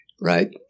right